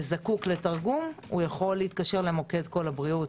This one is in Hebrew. וזקוק לתרגום - יכול להתקשר למוקד קול הבריאות,